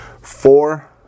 Four